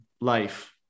life